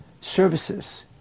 services